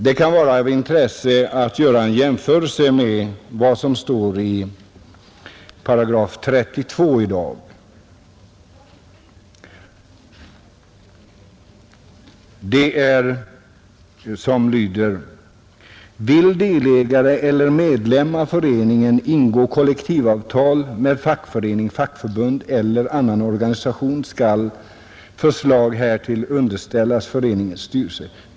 Det kan vara av intresse att göra en jämförelse med vad som står i § 32 i dag. Paragrafen lyder så: ”Vill delägare eller medlem i föreningen ingå kollektivavtal med fackförening, fackförbund eller annan organisation, skall förslag därtill underställas föreningens styrelse.